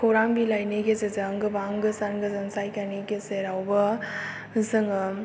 खौरां बिलायनि गेजेरजों गोबां गोजान गोजान जायगानि गेजेरावबो जोङो